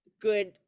good